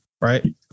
Right